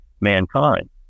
mankind